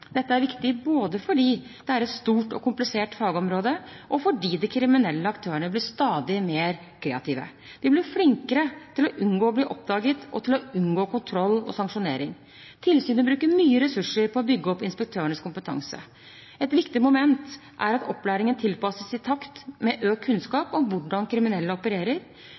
Dette er viktig både fordi det er et stort og komplisert fagområde, og fordi de kriminelle aktørene blir stadig mer kreative. De blir flinkere til å unngå å bli oppdaget og til å unngå kontroll og sanksjonering. Tilsynet bruker mye ressurser på å bygge opp inspektørenes kompetanse. Et viktig moment er at opplæringen tilpasses i takt med økt kunnskap om hvordan kriminelle opererer.